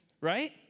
right